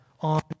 on